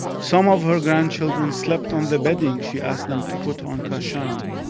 some of her grandchildren slept on the bedding she asked them to put on kashan,